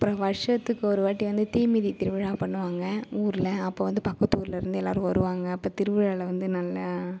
அப்புறம் வருஷத்துக்கு ஒரு வாட்டி வந்து தீமிதி திருவிழா பண்ணுவாங்க ஊரில் அப்போ வந்து பக்கத்து ஊரில் இருந்து எல்லோரும் வருவாங்க அப்போ திருவிழாவில் வந்து நல்லா